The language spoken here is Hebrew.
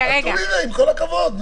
קארין, עם כל הכבוד.